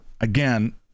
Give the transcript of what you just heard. Again